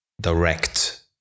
direct